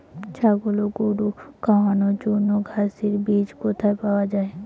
ছাগল ও গরু খাওয়ানোর জন্য ঘাসের বীজ কোথায় পাওয়া যায়?